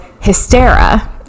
hysteria